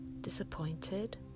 disappointed